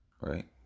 right